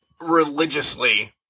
religiously